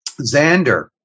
Xander